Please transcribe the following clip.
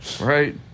right